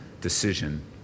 decision